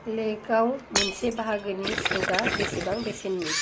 लेग'आव मोनसे बाहागोनि स्ट'का बेसेबां बेसेननि